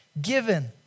given